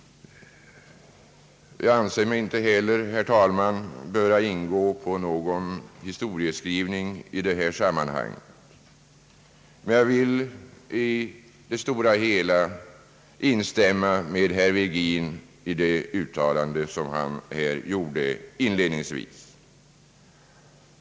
Jag anser mig inte heller, herr talman, böra ingå på någon historieskrivning i detta sammanhang. Jag vill i det stora hela instämma med herr Virgin i det uttalande som han inledningsvis gjorde.